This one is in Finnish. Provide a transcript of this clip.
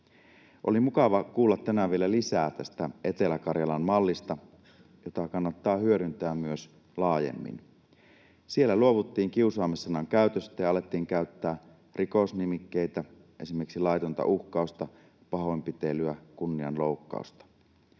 Oli mukava kuulla tänään vielä lisää tästä Etelä-Karjalan mallista, jota kannattaa hyödyntää myös laajemmin. Siellä luovuttiin kiusaaminen-sanan käytöstä ja alettiin käyttää rikosnimikkeitä, esimerkiksi laitonta uhkausta, pahoinpitelyä, kunnianloukkausta.